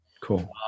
Cool